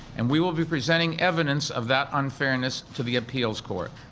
and we will be presenting evidence of that unfairness to the appeals court.